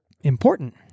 important